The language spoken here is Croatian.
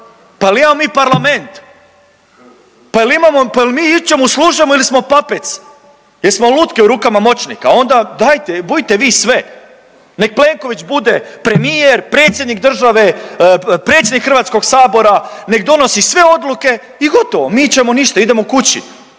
pa jel imamo, pa jel mi ičemu služimo ili smo papeci, jesmo lutke u rukama moćnika? Onda dajte budite vi sve. Nek Plenković bude premijer, predsjednik države, predsjednik Hrvatskog sabora, nek donosi sve odluke i gotovo, mi ćemo ništa idemo kući